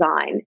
design